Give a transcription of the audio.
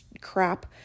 crap